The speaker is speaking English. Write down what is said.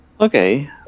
Okay